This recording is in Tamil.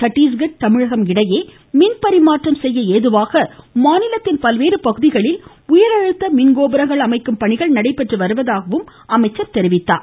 சட்டிஸ்கட் தமிழகம் இடையே மின்பரிமாற்றம் செய்ய ஏதுவாக மாநிலத்தின் பல்வேறு பகுதிகளில் உயர்அழுத்த மின் கோபுரங்கள் அமைக்கும் பணிகள் நடைபெற்று வருவதாக அவர் கூறினார்